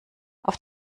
auf